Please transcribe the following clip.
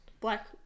Black